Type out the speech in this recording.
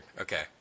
okay